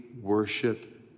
worship